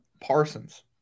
Parsons